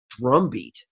drumbeat